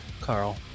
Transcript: Carl